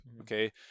okay